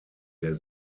der